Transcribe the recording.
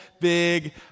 big